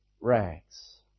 rags